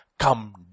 Come